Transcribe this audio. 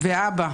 ואבא,